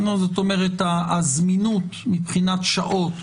זאת אומרת: הזמינות מבחינת שעות,